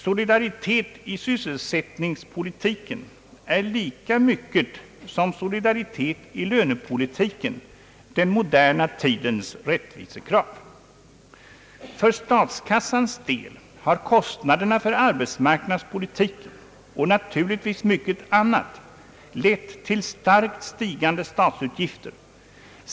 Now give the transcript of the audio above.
Solidaritet i sysselsättningspolitiken är, lika mycket som solidaritet i lönepolitiken, den moderna tidens rättvisekrav. För statskassans del har arbetsmarknadspolitiken, och naturligtvis mycket annat, lett till starkt stigande utgifter.